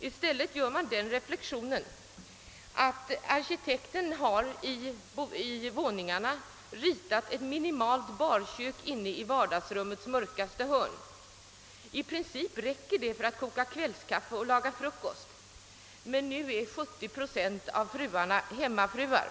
I stället gör man det kon staterandet, att arkitekterna i vissa våningar har ritat in ett minimalt barkök inne i vardagsrummets mörkaste hörn. I princip räcker detta till för att man skall kunna koka kvällskaffe och laga frukost. Men nu är alltså 70 procent av fruarna hemmafruar.